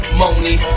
money